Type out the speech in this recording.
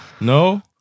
No